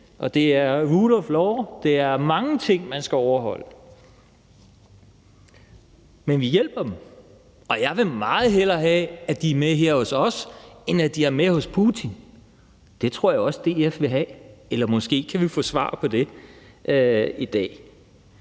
nemt, og rule of law. Det er mange ting, man skal overholde. Men vi hjælper dem, og jeg vil meget hellere have, at de er med her hos os, end at de er med hos Putin. Det tror jeg også at DF vil, eller måske kan vi få svar på det i dag.